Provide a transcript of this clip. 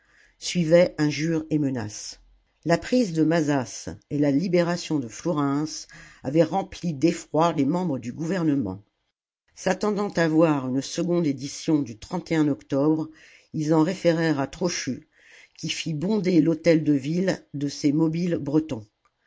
suivaient injures et menaces la prise de mazas et la libération de flourens avaient rempli d'effroi les membres du gouvernement s'attendant à voir une seconde édition du octobre ils en référèrent à trochu qui fit bonder l'hôtel-de-ville de ses mobiles bretons